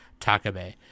Takabe